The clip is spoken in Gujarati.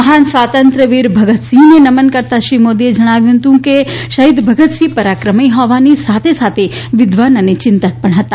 મહાન સ્વાતંત્ર્ય વીર ભગતસિંહને નમન કરતા શ્રી મોદીએ જણાવ્યું કે શફીદ ભગતસિંહ પરાક્રમી હોવાની સાથે સાથે વિદ્વાન અને ચિંતક પણ હતા